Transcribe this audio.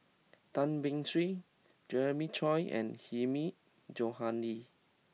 Tan Beng Swee Jeremiah Choy and Hilmi Johandi